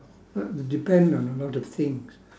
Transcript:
that would depend on a lot of things